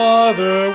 Father